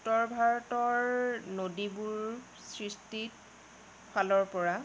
উত্তৰ ভাৰতৰ নদীবোৰ সৃষ্টিত ফালৰ পৰা